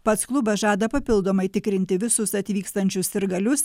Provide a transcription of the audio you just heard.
pats klubas žada papildomai tikrinti visus atvykstančius sirgalius